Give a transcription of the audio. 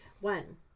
One